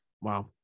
Wow